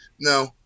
No